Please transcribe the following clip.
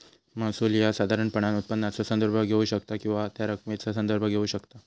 महसूल ह्या साधारणपणान उत्पन्नाचो संदर्भ घेऊ शकता किंवा त्या रकमेचा संदर्भ घेऊ शकता